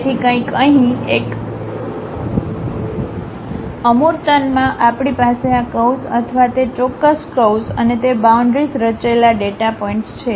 તેથી કંઈક અહીં એક અમૂર્તનમાં આપણી પાસે આ કર્વ્સ અથવા તે ચોક્કસ કર્વ્સ અને તે બાઉન્ડ્રીઝ રચેલા ડેટા પોઇન્ટ્સ છે